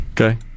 Okay